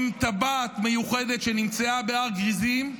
עם טבעת מיוחדת שנמצאה בהר גריזים,